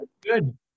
Good